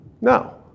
No